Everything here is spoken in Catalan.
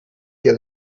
que